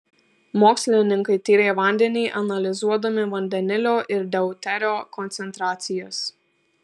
mokslininkai tyrė vandenį analizuodami vandenilio ir deuterio koncentracijas